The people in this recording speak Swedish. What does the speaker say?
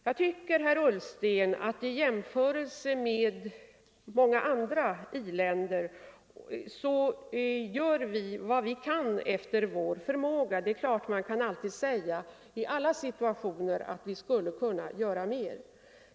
Jag tycker, herr Ullsten, att i jämförelse med många andra i-länder gör vi vad vi kan efter vår förmåga. Man kan naturligtvis i alla situationer säga att vi skulle kunna göra mer.